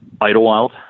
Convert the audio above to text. Idlewild